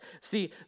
See